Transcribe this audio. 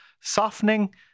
softening